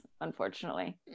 unfortunately